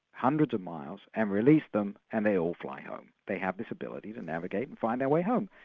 hundreds of miles and release them, and they all fly home. they have this ability to navigate and find their way home.